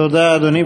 תודה, אדוני.